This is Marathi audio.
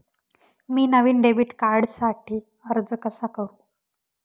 मी नवीन डेबिट कार्डसाठी अर्ज कसा करु?